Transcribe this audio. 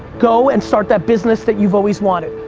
go and start that business that you've always wanted.